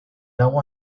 agua